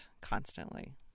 constantly